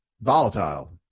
volatile